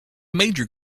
major